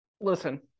Listen